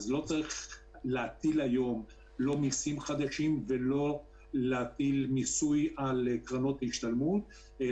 לא צריך להטיל היום לא מיסים חדשים ולא מיסוי על קרנות השתלמות,